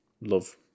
love